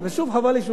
חבל לי שהוא לא פה,